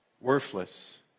worthless